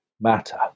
matter